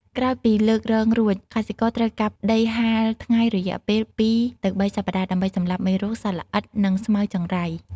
ក្រោយពីលើករងរួច កសិករត្រូវកាប់ដីហាលថ្ងៃរយៈពេល ២-៣ សប្តាហ៍ ដើម្បីសម្លាប់មេរោគ សត្វល្អិត និងស្មៅចង្រៃ។